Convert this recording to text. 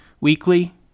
weekly